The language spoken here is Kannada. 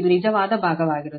ಇದು ನಿಜವಾದ ಭಾಗವಾಗಿರುತ್ತದೆ